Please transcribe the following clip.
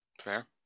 fair